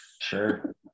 Sure